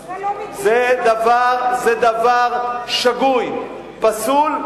אז אתה לא מכיר, זה דבר שגוי, פסול,